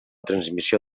transmissió